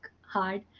hard